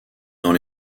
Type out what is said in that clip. dans